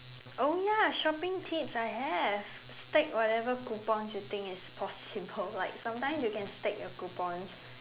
oh ya shopping tips I have stack whatever coupons you think is possible like sometimes you can stack your coupons